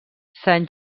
saint